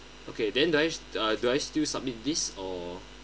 okay then do I uh do I still submit this or